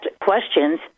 questions